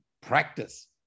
practice